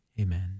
Amen